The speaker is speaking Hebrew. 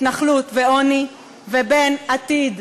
התנחלות ועוני לבין עתיד,